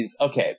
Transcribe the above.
Okay